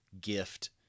gift